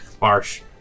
marsh